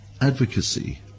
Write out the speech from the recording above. Advocacy